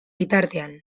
bitartean